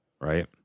right